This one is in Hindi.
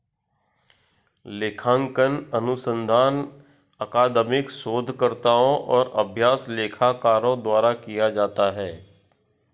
लेखांकन अनुसंधान अकादमिक शोधकर्ताओं और अभ्यास लेखाकारों द्वारा किया जाता है